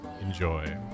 enjoy